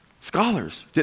Scholars